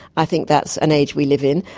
i think that's an age we live in.